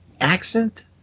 accent